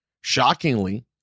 Shockingly